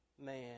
man